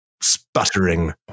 sputtering